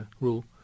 rule